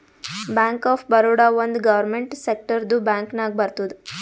bank of Baroda ಒಂದ್ government ಸೆಕ್ಟರ್ದು bank ನಾಗ್ ಬರ್ತುದ್